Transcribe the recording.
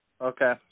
Okay